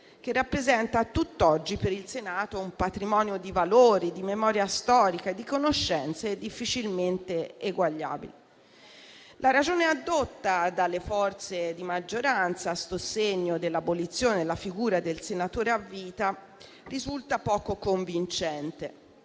che rappresenta a tutt'oggi per il Senato un patrimonio di valori, di memoria storica e di conoscenze difficilmente eguagliabili. La ragione addotta dalle forze di maggioranza a sostegno dell'abolizione della figura del senatore a vita risulta poco convincente.